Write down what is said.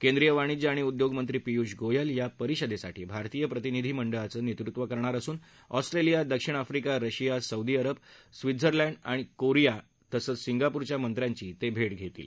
केंद्रीय वाणिज्य आणि उद्योगमंत्री पियूष गोयल या परिषदेसाठी भारतीय प्रतिनिधीमंडळाचं नेतृत्व करणार असून ऑस्ट्रेलिया दक्षिण Africa Russia Saudi Arab Switzerland Korea आणि सिंगापूरच्या मंत्र्यांची भेटही घेणार आहेत